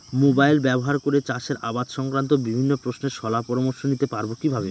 Mobile ব্যাবহার করে চাষের আবাদ সংক্রান্ত বিভিন্ন প্রশ্নের শলা পরামর্শ নিতে পারবো কিভাবে?